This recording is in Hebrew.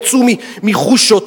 יצאו מחושות,